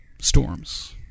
storms